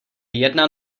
jedna